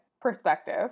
perspective